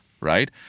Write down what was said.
right